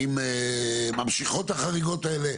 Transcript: האם ממשיכות החריגות האלה?